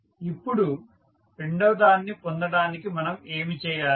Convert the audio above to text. ఇప్పుడు రెండవదాన్ని పొందడానికి మనం ఏమి చేయాలి